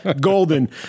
golden